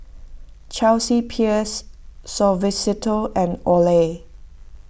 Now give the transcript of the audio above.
Chelsea Peers Suavecito and Olay